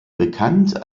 bekannt